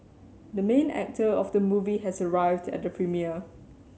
the main actor of the movie has arrived at the premiere